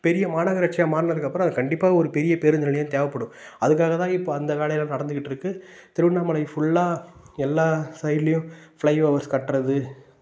பெரிய மாநகராட்சியாக மாறுனதுக்கப்புறம் அது கண்டிப்பாக ஒரு பெரிய பேருந்து நிலையம் தேவைப்படும் அதுக்காகத்தான் இப்போது அந்த வேலையெல்லாம் நடந்துக்கிட்டு இருக்குது திருவண்ணாமலை ஃபுல்லாக எல்லா சைட்லியும் ஃப்ளை ஓவெர்ஸ் கட்டுறது